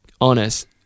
honest